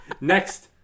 Next